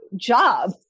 job